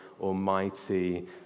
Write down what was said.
almighty